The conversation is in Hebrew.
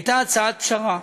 הייתה הצעת פשרה,